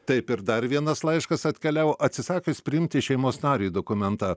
taip ir dar vienas laiškas atkeliavo atsisakius priimti šeimos nariui dokumentą